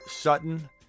Sutton